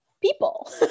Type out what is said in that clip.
people